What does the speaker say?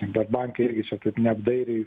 bet bankai irgi čia kaip neapdairiai